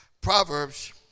Proverbs